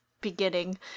beginning